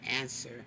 answer